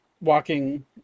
walking